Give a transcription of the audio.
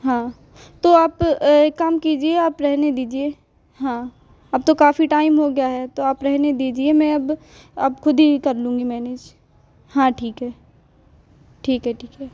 हाँ तो आप एक काम कीजिए आप रहने दीजिए हाँ अब तो काफ़ी टाइम हो गया है तो आप रहने दीजिए मैं अब अब ख़ुद ही कर लूँगी मैनेज हाँ ठीक है ठीक है ठीक है